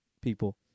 people